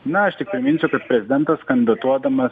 na aš tik priminsiu kad prezidentas kandidatuodamas